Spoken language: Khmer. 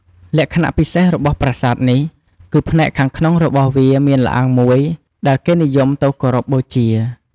លក្ខណៈពិសេសរបស់ប្រាសាទនេះ គឺផ្នែកខាងក្នុងរបស់វាមានល្អាងមួយដែលគេនិយមទៅគោរពបូជា។